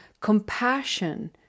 compassion